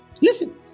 Listen